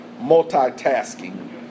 multitasking